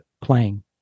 playing